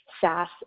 SaaS